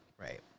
right